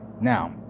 Now